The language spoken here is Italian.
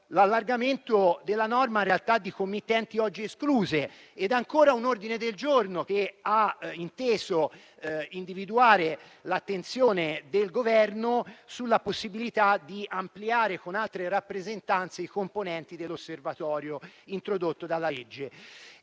all'allargamento della norma a realtà di committenti oggi escluse; ed ancora, a un ordine del giorno che ha inteso individuare l'attenzione del Governo sulla possibilità di ampliare con altre rappresentanze i componenti dell'Osservatorio introdotto dalla legge.